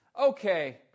Okay